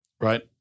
right